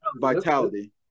vitality